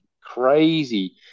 crazy